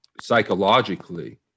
psychologically